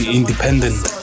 independent